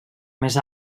més